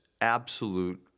absolute